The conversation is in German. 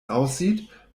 aussieht